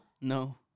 No